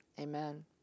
amen